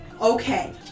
Okay